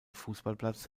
fußballplatz